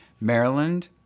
Maryland